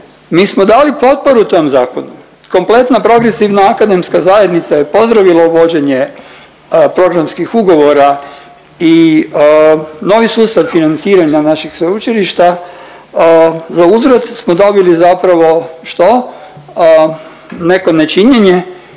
mi smo dali potporu tom zakonu. Kompletna progresivna akademska zajednica je pozdravila uvođenje programskih ugovora i novi sustav financiranja naših sveučilišta. Za uzvrat smo dobili zapravo što? Neko nečinjenje